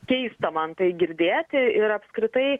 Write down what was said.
keista man tai girdėti ir apskritai